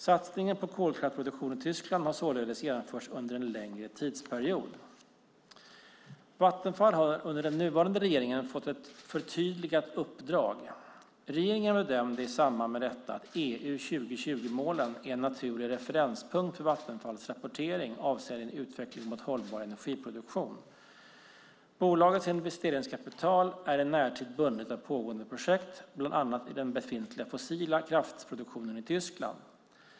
Satsningen på kolkraftsproduktion i Tyskand har således genomförts under en längre tidsperiod. Vattenfall har under den nuvarande regeringen fått ett förtydligat uppdrag. Regeringen bedömde i samband med detta att EU2020-målen är en naturlig referenspunkt för Vattenfalls rapportering avseende en utveckling mot hållbar energiproduktion. Bolagets investeringskapital är i närtid bundet i pågående projekt, bland annat i den befintliga fossila kraftproduktionen i Tyskland.